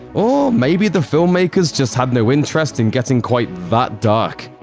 or. maybe the filmmakers just had no interest in getting quite that dark.